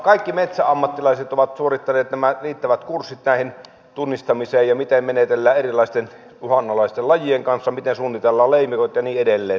kaikki metsäammattilaiset ovat suorittaneet nämä riittävät kurssit tästä tunnistamisesta ja siitä miten menetellään erilaisten uhanalaisten lajien kanssa miten suunnitellaan leimikot ja niin edelleen